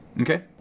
Okay